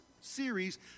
series